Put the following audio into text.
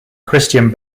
christian